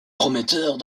prometteurs